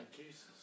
Jesus